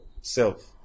Self